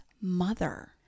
mother